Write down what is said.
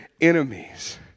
enemies